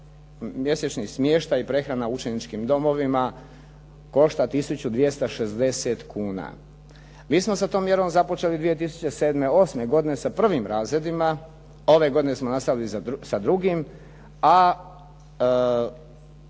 mjesečni smještaj i prehrana u učeničkim domovima košta 1260 kuna. Mi smo sa tom mjerom započeli 2007., '08. godine sa prvim razredima, ove godine smo nastavili sa drugim, a